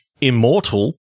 Immortal